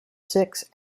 six